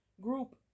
group